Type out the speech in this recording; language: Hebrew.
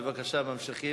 בבקשה, ממשיכים.